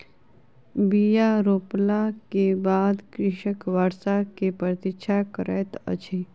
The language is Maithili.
बीया रोपला के बाद कृषक वर्षा के प्रतीक्षा करैत अछि